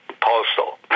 postal